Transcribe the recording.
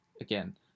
again